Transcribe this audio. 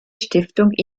stiftung